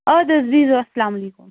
اَدٕ حظ یی زیٚو اَسَلامُ علیکُم